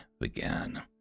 began